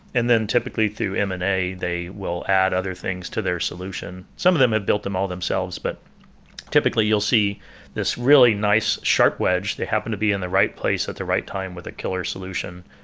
and then typically through m and a, they will add other things to their solution. some of them have built them all themselves, but typically you'll see this really nice, sharp web, they happen to be in the right place at the right time with a killer solution.